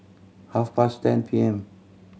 half past ten P M